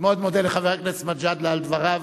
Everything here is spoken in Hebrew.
אני מאוד מודה לחבר הכנסת מג'אדלה על דבריו.